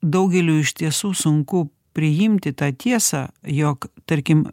daugeliui iš tiesų sunku priimti tą tiesą jog tarkim